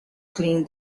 clean